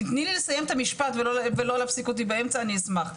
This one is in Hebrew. אם תתני לי לסיים את המשפט ולא להפסיק אותי באמצע אני אשמח.